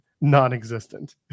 non-existent